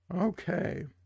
Okay